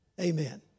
Amen